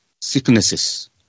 sicknesses